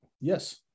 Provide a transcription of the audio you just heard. yes